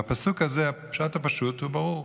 בפסוק הזה, הפשט הפשוט הוא ברור: